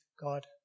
God